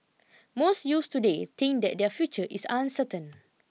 most youths today think that their future is uncertain